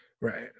Right